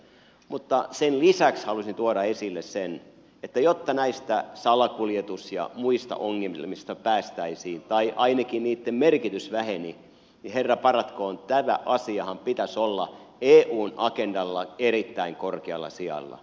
mutta sen lisäksi minä halusin tuoda esille sen että jotta näistä salakuljetus ja muista ongelmista päästäisiin tai ainakin niitten merkitys vähenisi niin herra paratkoon tämän asianhan pitäisi olla eun agendalla erittäin korkealla sijalla